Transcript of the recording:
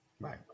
Right